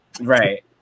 Right